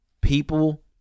people